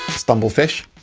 stumble fish!